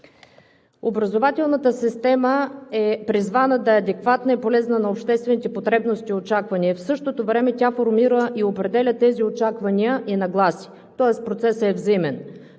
Образователната система е призвана да е адекватна и полезна на обществените потребности и очаквания. В същото време тя формира и определя тези очаквания и нагласи. Тоест процесът е взаимен.